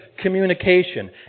communication